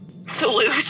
Salute